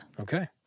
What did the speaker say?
Okay